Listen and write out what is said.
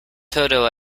toto